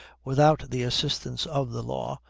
without the assistance of the law,